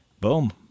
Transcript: boom